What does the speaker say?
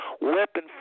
weapon